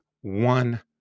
one